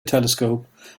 telescope